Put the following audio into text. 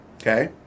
Okay